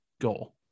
Goal